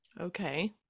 Okay